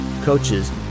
coaches